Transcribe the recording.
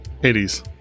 Hades